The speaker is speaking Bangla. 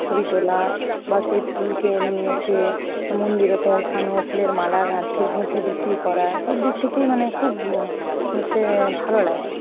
ছবি তোলা বা সেই ফুলকে নিয়ে এসে মন্দিরে পৌঁছানো ফুলের মালা গাঁথি গেঁথে বিক্রি করা সবদিক থেকেই মানে খুব হচ্ছে ভালো লাগে